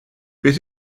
beth